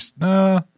nah